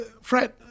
Fred